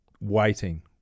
Waiting